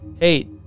Hey